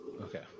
okay